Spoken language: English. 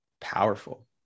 Powerful